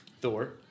Thor